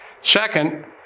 Second